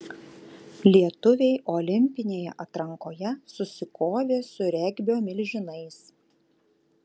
lietuviai olimpinėje atrankoje susikovė su regbio milžinais